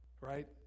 Right